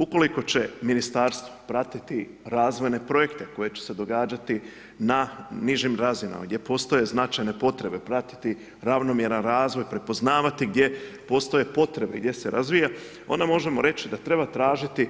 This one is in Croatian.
Ukoliko će ministarstvo pratiti razvoje projekte koji će se događati na nižim razinama, gdje postoje značajne potrebe, pratiti ravnomjeran razvoj, prepoznavati gdje postoje potrebe, gdje se razvija, onda možemo reći da treba tražiti